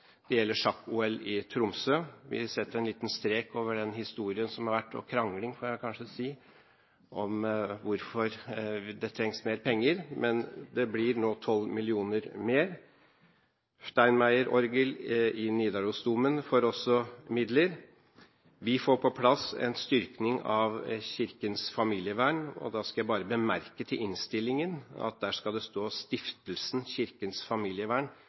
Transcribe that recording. Det gjelder sjakk-OL i Tromsø. Vi setter en liten strek over den historien som har vært – og krangling, får jeg kanskje si – om hvorfor det trengs mer penger, men det blir nå 12 mill. kr mer. Steinmeyer-orgelet i Nidarosdomen får også midler. Vi får på plass en styrking av Kirkens familievern. Da skal jeg bare bemerke til innstillingen at det skal stå «Stiftelsen Kirkens Familievern».